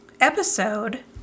episode